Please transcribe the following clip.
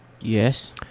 Yes